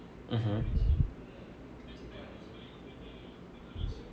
mmhmm